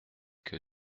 que